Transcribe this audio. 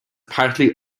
partly